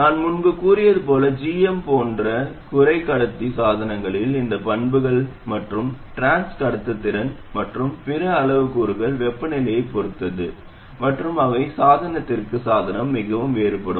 நான் முன்பு கூறியது போல gm போன்ற குறைக்கடத்தி சாதனங்களின் இந்த பண்புகள் மற்றும் டிரான்ஸ் கடத்துத்திறன் மற்றும் பிற அளவுருக்கள் வெப்பநிலையைப் பொறுத்தது மற்றும் அவை சாதனத்திற்கு சாதனம் மிகவும் மாறுபடும்